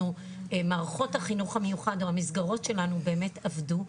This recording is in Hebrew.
מערכות החינוך המיוחד או המסגרות שלנו באמת עבדו,